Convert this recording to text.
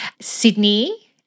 Sydney